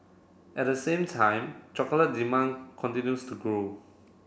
at the same time chocolate demand continues to grow